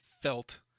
felt